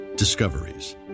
Discoveries